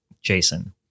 Jason